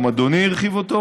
גם אדוני הרחיב אותו,